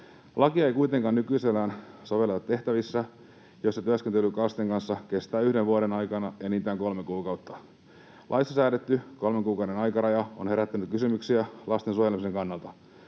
Lakia ei kuitenkaan nykyisellään sovelleta tehtävissä, joissa työskentely lasten kanssa kestää yhden vuoden aikana enintään kolme kuukautta. Laissa säädetty kolmen kuukauden aikaraja on herättänyt kysymyksiä lasten suojelemisen kannalta.